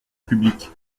public